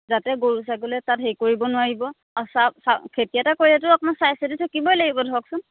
যাতে গৰু ছাগলীয়ে তাত হেৰি কৰিব নোৱাৰিব আৰু খেতি এটা কৰিলেতো আপোনাৰ চাইচিতি থাকিবই লাগিব ধৰকচোন